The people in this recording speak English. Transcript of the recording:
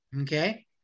Okay